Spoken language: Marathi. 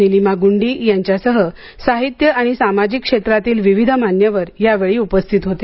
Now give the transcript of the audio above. निलिमा गुंडी यांच्यासह साहित्य आणि सामाजिक क्षेत्रातील विविध मान्यवर यावेळी उपस्थित होते